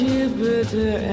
Jupiter